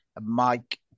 Mike